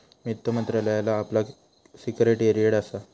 वित्त मंत्रालयाचा आपला सिक्रेटेरीयेट असा